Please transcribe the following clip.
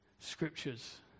scriptures